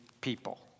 people